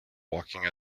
walking